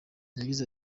yagize